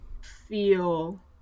feel